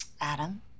Adam